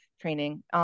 training